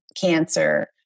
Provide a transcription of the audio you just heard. cancer